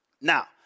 Now